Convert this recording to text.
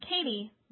Katie